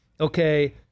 okay